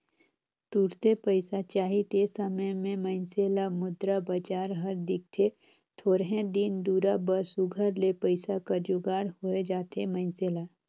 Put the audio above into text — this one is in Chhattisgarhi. तुरते पइसा चाही ते समे में मइनसे ल मुद्रा बजार हर दिखथे थोरहें दिन दुरा बर सुग्घर ले पइसा कर जुगाड़ होए जाथे मइनसे ल